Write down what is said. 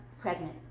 pregnant